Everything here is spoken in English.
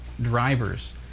drivers